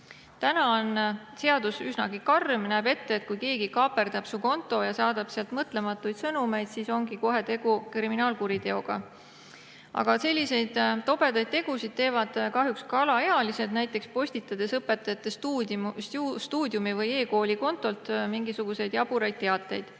Täna on seadus üsnagi karm: näeb ette, et kui keegi kaaperdab su konto ja saadab sealt mõtlematuid sõnumeid, siis ongi kohe tegu kriminaalkuriteoga. Aga selliseid tobedaid tegusid teevad kahjuks ka alaealised, näiteks postitades õpetajate Stuudiumi või eKooli kontolt mingisuguseid jaburaid teateid,